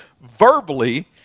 verbally